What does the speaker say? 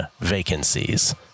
vacancies